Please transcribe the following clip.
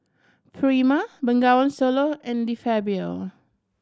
Prima Bengawan Solo and De Fabio